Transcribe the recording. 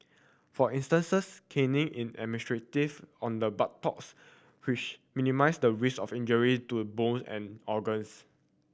for instances caning is administered on the buttocks which minimise the risk of injury to bone and organs